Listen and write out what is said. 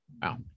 Wow